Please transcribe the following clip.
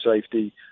safety